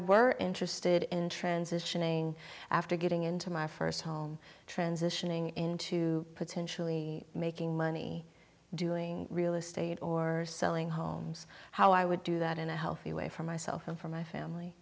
were interested in transitioning after getting into my first home transitioning into potentially making money doing real estate or selling homes how i would do that in a healthy way for myself and for my family